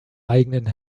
eigenen